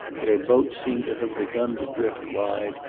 their boat seemed to have begun to drift wide,